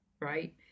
right